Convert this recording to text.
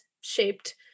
shaped